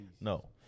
No